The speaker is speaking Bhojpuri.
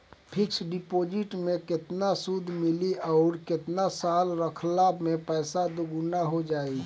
फिक्स डिपॉज़िट मे केतना सूद मिली आउर केतना साल रखला मे पैसा दोगुना हो जायी?